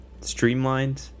streamlined